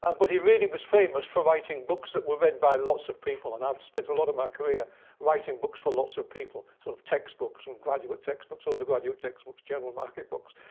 ah but he really was famous for writing books that were read by lots of people. and i've spent a lot of my career writing books for lots of people, sort of textbooks and graduate textbooks, undergraduate textbooks, general market books.